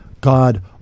God